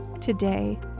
today